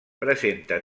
presenta